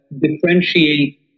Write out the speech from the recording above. Differentiate